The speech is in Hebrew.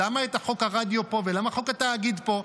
למה חוק הרדיו פה, ולמה חוק התאגיד פה?